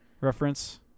reference